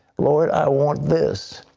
lord, i want this.